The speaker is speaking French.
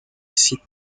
site